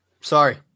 Sorry